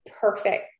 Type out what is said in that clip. perfect